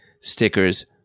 stickers